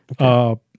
Okay